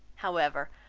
however,